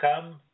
come